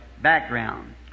background